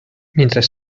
mientras